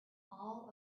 all